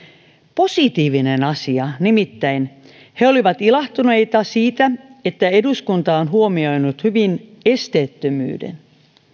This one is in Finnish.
positiivinen asia nimittäin he olivat ilahtuneita siitä että eduskunta on huomioinut hyvin esteettömyyden